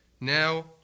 Now